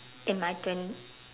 in my twen~